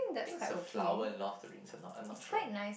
think is a flower in love to rinse a not I'm not sure